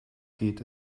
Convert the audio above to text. geht